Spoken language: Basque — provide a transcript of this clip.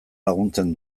laguntzen